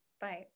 Bye